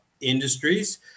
industries